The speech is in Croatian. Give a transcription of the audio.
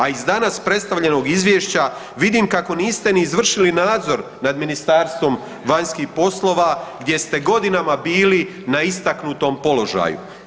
A iz danas predstavljenog izvješća, vidim kako niste ni izvršili nadzor nad Ministarstvom vanjskih poslova gdje ste godinama bili na istaknutom položaju.